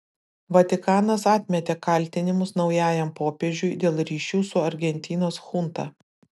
vatikanas atmetė kaltinimus naujajam popiežiui dėl ryšių su argentinos chunta